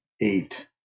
eight